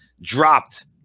dropped